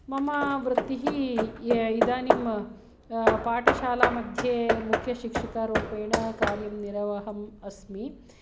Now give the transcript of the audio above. मम वृत्तिः इदानीं पाठशालामध्ये मुख्यशिक्षिकारूपेण कार्यं निर्वहम् अस्मि